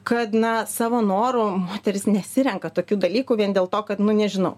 kad na savo noru moterys nesirenka tokių dalykų vien dėl to kad nu nežinau